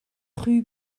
rue